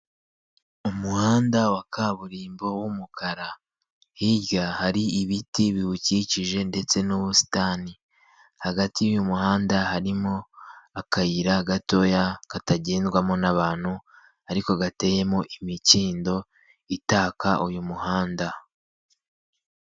Umuhanda wa kaburimbo w'umukara, hirya hari ibiti biwukikije ndetse n'ubusitani, hagati y'umuhanda harimo akayira gatoya katagendwamo n'abantu ariko gateyemo imikindo itaka uyu muhanda.